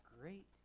great